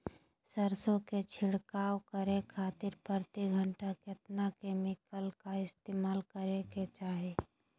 सरसों के छिड़काव करे खातिर प्रति कट्ठा कितना केमिकल का इस्तेमाल करे के चाही?